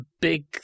big